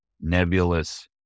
nebulous